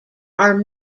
are